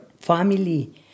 family